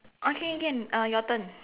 okay can uh your turn